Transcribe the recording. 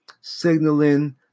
signaling